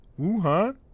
wuhan